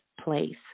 place